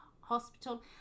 hospital